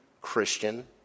Christian